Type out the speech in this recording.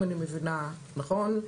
אם אני מבינה נכן,